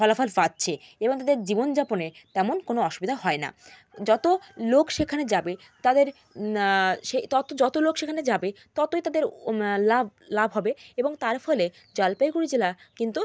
ফলাফল পাচ্ছে এবং তাদের জীবনযাপনে তেমন কোনো অসুবিধা হয় না যতো লোক সেখানে যাবে তাদের সে তত যতো লোক সেখানে যাবে ততই তাদের লাভ লাভ হবে এবং তার ফলে জলপাইগুড়ি জেলা কিন্তু